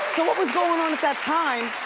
what was going on at that time?